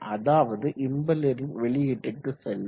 அதாவது இம்பெல்லரின் வெளியீட்டுக்கு செல்லும்